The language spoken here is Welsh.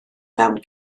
fewn